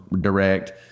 direct